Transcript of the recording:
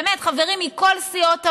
באמת חברים מכל סיעות הבית,